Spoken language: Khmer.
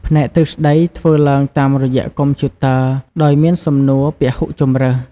ផ្នែកទ្រឹស្តីធ្វើឡើងតាមរយៈកុំព្យូទ័រ ដោយមានសំណួរពហុជម្រើស។